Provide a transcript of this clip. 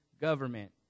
government